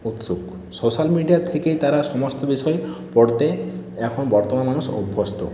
উৎসুক social media থেকেই তারা সমস্ত বিষয় পড়তে এখন বর্তমান মানুষ অভ্যস্ত